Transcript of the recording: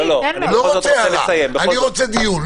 אני רוצה דיון.